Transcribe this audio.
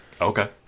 okay